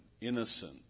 innocent